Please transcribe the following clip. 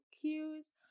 cues